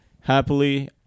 happily